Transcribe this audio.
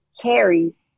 carries